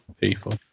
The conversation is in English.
people